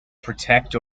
protect